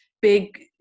Big